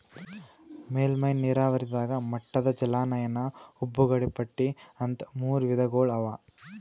ಮೇಲ್ಮೈ ನೀರಾವರಿದಾಗ ಮಟ್ಟದ ಜಲಾನಯನ ಉಬ್ಬು ಗಡಿಪಟ್ಟಿ ಅಂತ್ ಮೂರ್ ವಿಧಗೊಳ್ ಅವಾ